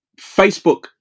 Facebook